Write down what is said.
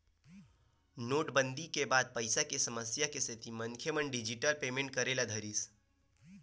नोटबंदी के बाद पइसा के समस्या के सेती मनखे मन डिजिटल पेमेंट करे ल धरिस